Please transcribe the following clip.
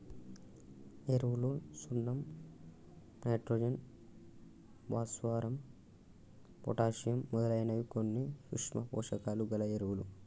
ఎరువులు సున్నం నైట్రోజన్, భాస్వరం, పొటాషియమ్ మొదలైనవి కొన్ని సూక్ష్మ పోషకాలు గల ఎరువులు